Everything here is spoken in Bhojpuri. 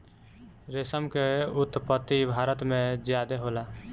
रेशम के उत्पत्ति भारत में ज्यादे होला